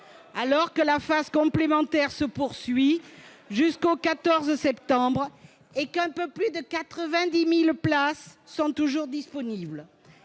alors que la phase complémentaire se poursuit jusqu'au 14 septembre et qu'un peu plus de 90 000 places sont toujours disponibles.